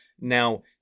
Now